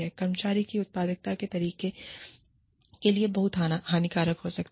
कर्मचारियों की उत्पादकता के तरीके के लिए बहुत हानिकारक हो सकता है